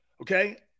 Okay